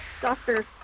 Doctor